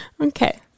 Okay